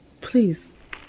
Please